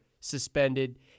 suspended